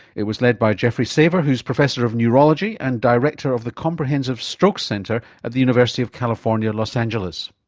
it was led by jeffrey saver who is professor of neurology and director of the comprehensive stroke centre at the university of california, los angeles.